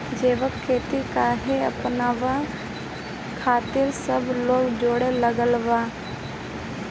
जैविक खेती काहे अपनावे खातिर सब लोग जोड़ लगावत बा?